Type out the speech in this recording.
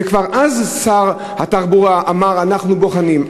וכבר אז שר התחבורה אמר: אנחנו בוחנים.